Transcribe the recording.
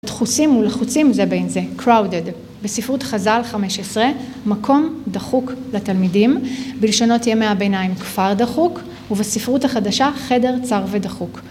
דחוסים ולחוצים זה בין זה, crowded, בספרות חז"ל חמש עשרה, מקום דחוק לתלמידים, בלשונות ימי הביניים, כפר דחוק, ובספרות החדשה, חדר צר ודחוק.